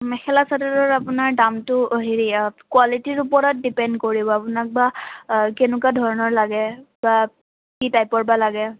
মেখেলা চাদৰৰ আপোনাৰ দামটো হেৰি কুৱালিটিৰ ওপৰত ডিপেণ্ড কৰিব আপোনাক বা কেনেকুৱা ধৰণৰ লাগে বা কি টাইপৰ বা লাগে